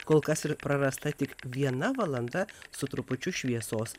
kol kas ir prarasta tik viena valanda su trupučiu šviesos